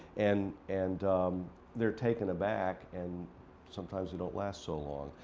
and and they're taken aback. and sometimes they don't last so long.